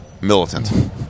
Militant